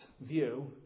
view